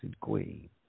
Queen